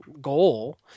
goal